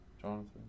Jonathan